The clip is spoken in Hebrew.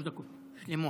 שלוש דקות שלמות.